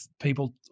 people